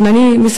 כן, אני מסיימת.